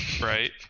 right